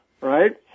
right